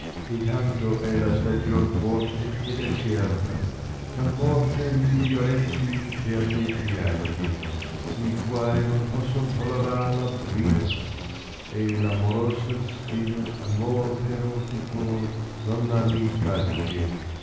e tanto è la stagfon forte ed acerba ch ammorta gli fioretti per le piagge gli quai non posaon tollerar la brina v amorosa spina amor però di cor non la mi tra